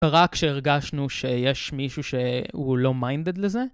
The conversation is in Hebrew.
רק כשהרגשנו שיש מישהו שהוא לא מיינדד לזה.